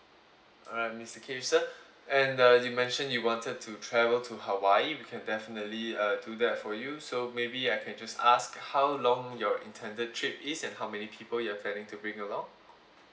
alright mister K sir and uh you mention you wanted to travel to hawaii we can definitely uh do that for you so maybe I can just ask how long your intended trip is and how many people you're planning to bring along